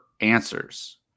answers